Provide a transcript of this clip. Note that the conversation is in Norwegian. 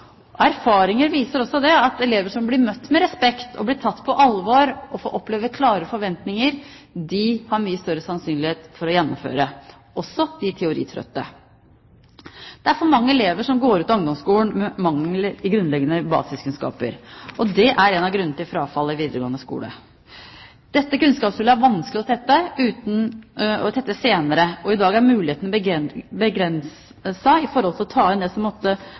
alvor og som opplever klare forventninger, har mye større sannsynlighet for å gjennomføre – også de teoritrøtte. Det er for mange elever som går ut av ungdomsskolen med mangler i grunnleggende basiskunnskaper. Det er en av grunnene til frafallet i videregående skole. Dette kunnskapshullet er vanskelig å tette senere, og i dag er mulighetene begrenset for å kunne ta igjen det man har mistet av kunnskap tidligere. Derfor ønsker vi å utvikle et tilbud basert på erfaringer rundt om i landet, et forkurs før man begynner på videregående skole, som